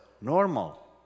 normal